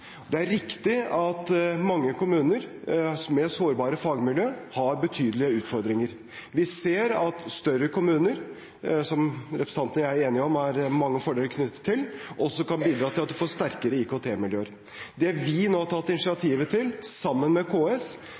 Det er riktig at mange kommuner, med sårbare fagmiljøer, har betydelige utfordringer. Vi ser at større kommuner, som representanten og jeg er enige om at det er mange fordeler knyttet til, også kan bidra til å få sterkere IKT-miljøer. Det vi nå har tatt initiativet til, sammen med KS,